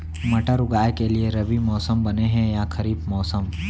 मटर उगाए के लिए रबि मौसम बने हे या खरीफ मौसम?